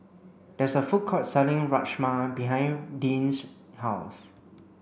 there is a food court selling Rajma behind Dean's house